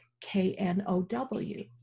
K-N-O-W